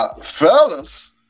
Fellas